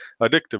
addictive